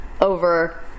over